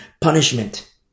punishment